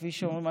כפי שאומרים,